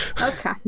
Okay